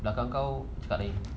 balakang kau cakap lain